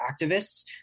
activists